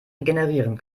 regenerieren